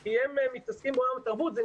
כי הם מתעסקים בעולם התרבות אלא זה